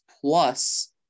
plus